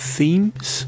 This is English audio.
Themes